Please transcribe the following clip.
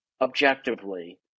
objectively